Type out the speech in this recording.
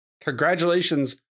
Congratulations